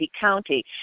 County